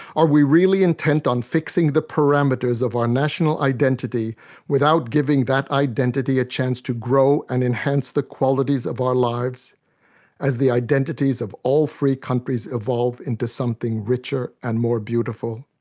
are we really intent on fixing the parameters of our national identity without giving that identity a chance to grow and enhance the qualities of our lives as the identities of all free countries evolve into something richer and more beautiful?